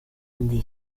die